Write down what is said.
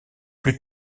plus